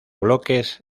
bloques